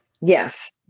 Yes